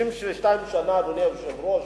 אדוני היושב-ראש,